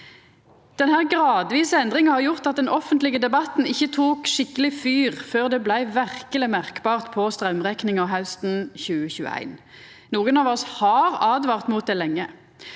Denne gradvise endringa har gjort at den offentlege debatten ikkje tok skikkeleg fyr før det blei verkeleg merkbart på straumrekninga hausten 2021. Nokon av oss har åtvara mot det lenge,